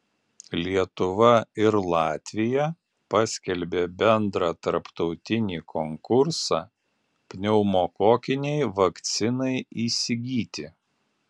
lietuva ir latvija paskelbė bendrą tarptautinį konkursą pneumokokinei vakcinai įsigyti